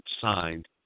signed